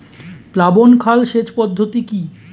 প্লাবন খাল সেচ পদ্ধতি কি?